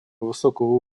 высокого